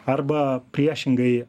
arba priešingai